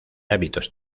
hábitos